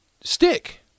stick